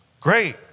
great